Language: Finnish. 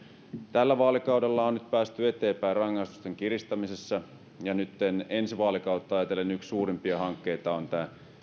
tällä vaalikaudella on nyt päästy eteenpäin rangaistusten kiristämisessä ja nyt ensi vaalikautta ajatellen yksi suurimpia hankkeita on